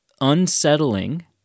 unsettling